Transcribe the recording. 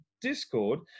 Discord